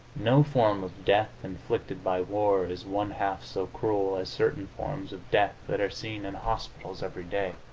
no form of death inflicted by war is one-half so cruel as certain forms of death that are seen in hospitals every day.